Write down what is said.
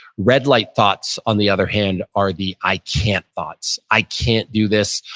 red light thoughts on the other hand, are the i can't thoughts. i can't do this.